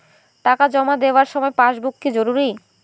টাকা জমা দেবার সময় পাসবুক কি জরুরি?